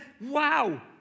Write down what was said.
wow